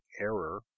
error